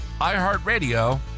iHeartRadio